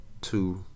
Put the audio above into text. two